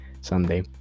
someday